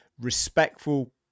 respectful